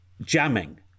jamming